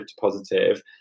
positive